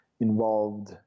involved